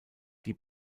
die